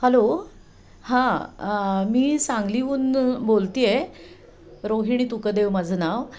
hello हां मी सांगलीहून बोलते आहे रोहिणी तुकदेव माझं नाव